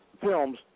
films